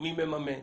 מי מממן?